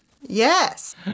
Yes